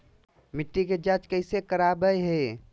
मिट्टी के जांच कैसे करावय है?